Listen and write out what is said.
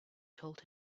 told